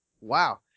Wow